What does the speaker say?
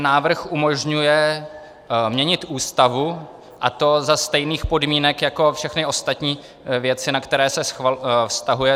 Návrh umožňuje měnit Ústavu, a to za stejných podmínek jako všechny ostatní věci, na které se vztahuje.